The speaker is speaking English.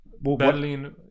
Berlin